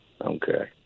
Okay